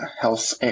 health